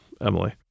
Emily